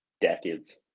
decades